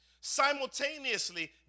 simultaneously